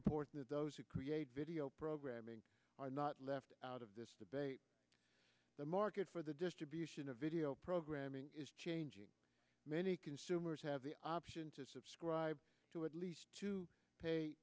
important that those who create video programming are not left out of this debate the market for the distribution of video programming is changing many consumers have the option to subscribe to at least two pay